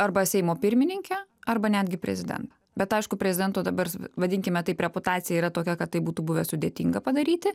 arba seimo pirmininkę arba netgi prezidentą bet aišku prezidento dabar vadinkime taip reputacija yra tokia kad tai būtų buvę sudėtinga padaryti